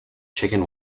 chicken